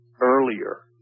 earlier